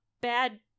bad